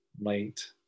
light